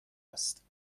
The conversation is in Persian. است